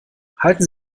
halten